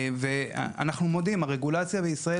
אנחנו מודים: הרגולציה בישראל,